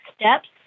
steps